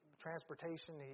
transportation